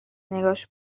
نگاش